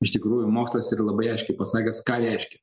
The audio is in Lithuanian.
iš tikrųjų mokslas yra labai aiškiai pasakęs ką reiškia